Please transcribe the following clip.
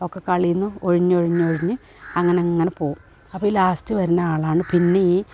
ഒക്കെ കളീന്ന് ഒഴിഞ്ഞൊഴിഞ്ഞൊഴിഞ്ഞ് അങ്ങനങ്ങനെ പോകും അപ്പം ഈ ലാസ്റ്റ് വരുന്ന ആളാണ് പിന്നെ ഈ